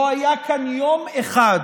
לא היה כאן יום אחד